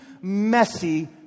messy